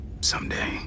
someday